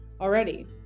already